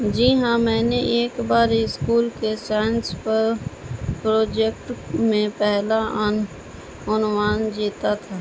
جی ہاں میں نے ایک بار اسکول کے سائنس پر پروجیکٹ میں پہلا عنوان جیتا تھا